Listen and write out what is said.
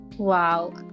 wow